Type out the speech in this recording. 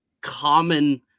common